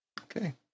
Okay